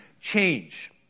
change